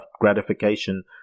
gratification